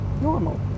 normal